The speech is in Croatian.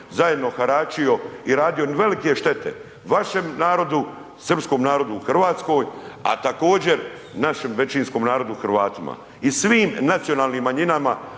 zajedno haračio i radio velike štete, vašem narodu, srpskom narodu u Hrvatskoj, a također, našem većinskom narodu Hrvatima i svim nacionalnim manjinama